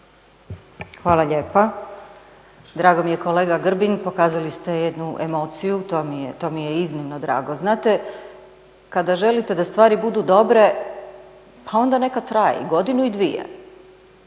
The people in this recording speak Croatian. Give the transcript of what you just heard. Hvala lijepa. Drago mi je kolega Grbin, pokazali ste jednu emociju, to mi je iznimno drago. Znate, kada želite da stvari budu dobre pa onda nekad traje i godinu i dvije.